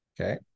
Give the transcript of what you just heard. Okay